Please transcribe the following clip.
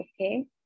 okay